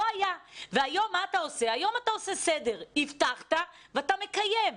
היום אתה עושה סדר, הבטחת ואתה מקיים.